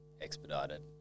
expedited